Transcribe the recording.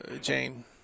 Jane